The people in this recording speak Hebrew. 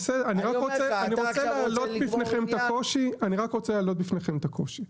אני רק רוצה להעלות בפניכם את הקושי.